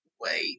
wait